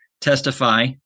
testify